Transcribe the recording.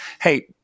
hey